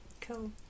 Cool